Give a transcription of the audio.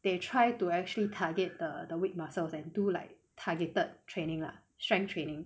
they try to actually target the the weak muscles and do like targeted training lah strength training